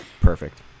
Perfect